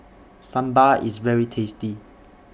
Sambar IS very tasty